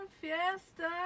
fiesta